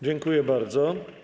Dziękuję bardzo.